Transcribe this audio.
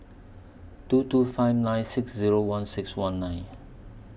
two two five nine six Zero one six one nine